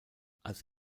als